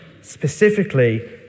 specifically